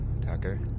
Tucker